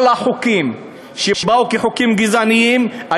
כל החוקים שבאו כחוקים גזעניים,